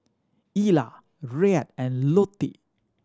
Ela Rhett and Lottie